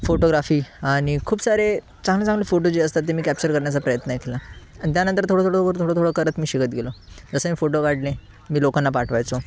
photography आणि खूप सारे चांगले चांगले फोटो जे असतात ते मी कॅप्चर करण्याचा प्रयत्न केला आणि त्यानंतर थोडं थोडं कर थोडं थोडं करत मी शिकत गेलो जसं मी फोटो काढले मी लोकांना पाठवायचो